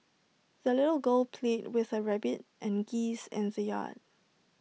the little girl played with her rabbit and geese in the yard